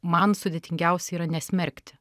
man sudėtingiausia yra nesmerkti